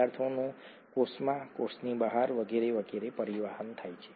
પદાર્થોનું કોષમાં કોષની બહાર વગેરે વગેરેમાં પરિવહન થાય છે